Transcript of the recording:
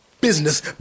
business